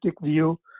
view